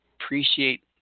appreciate